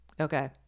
Okay